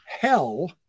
hell